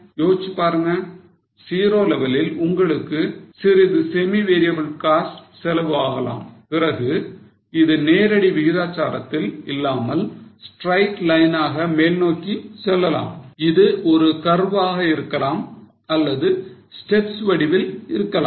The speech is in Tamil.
யோசிச்சு பாருங்க 0 லெவலில் உங்களுக்கு சிறிது semi variable costs செலவு ஆகலாம் பிறகு இது நேரடி விகிதாச்சாரத்தில் இல்லாமல் straight line ஆக மேல்நோக்கி செல்லலாம் இது ஒரு curve வாக இருக்கலாம் அல்லது ஸ்டெப்ஸ் வடிவில் இருக்கலாம்